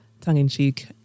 tongue-in-cheek